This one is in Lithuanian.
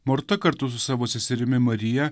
morta kartu su savo seserimi marija